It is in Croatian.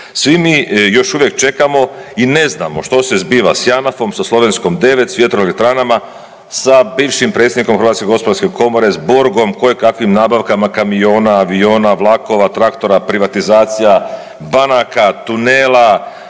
Svi mi još uvijek čekamo i ne znamo što se zbiva s JANAF-om, sa Slovenskom 9, sa vjetroelektranama, sa bivšim Predsjednikom Hrvatske Gospodarske Komore, s borgom, kojeg kakvim nabavkama kamiona, aviona, vlakova, traktora, privatizacija banaka, tunela,